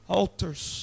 altars